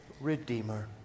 Redeemer